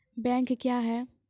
Bank क्या हैं?